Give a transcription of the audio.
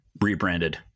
rebranded